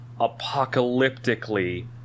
apocalyptically